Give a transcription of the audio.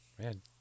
Man